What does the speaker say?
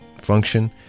function